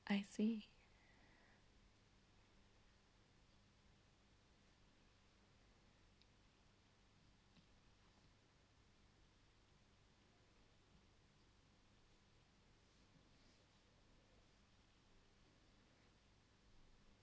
I see